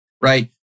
right